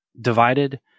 divided